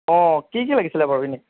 অঁ কি কি লাগিছিলে বাৰু এনেই